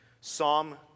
Psalm